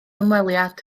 ymweliad